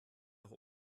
auch